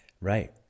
Right